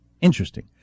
Interesting